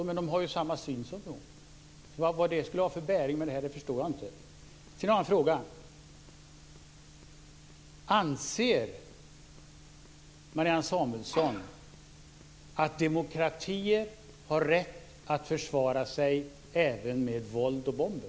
Men man har ju samma syn, så vad det skulle ha för bäring för det här förstår jag inte. Sedan har jag en fråga. Anser Marianne Samuelsson att demokratier har rätt att försvara sig även med våld och bomber?